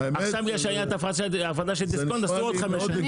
עכשיו בגלל שהייתה ההפרדה של דיסקונט עשו עוד חמש שנים.